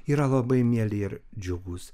yra labai mieli ir džiugūs